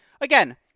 again